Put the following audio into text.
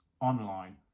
online